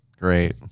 Great